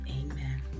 Amen